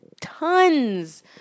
tons